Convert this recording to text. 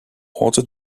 auto